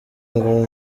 ngo